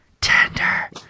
Tender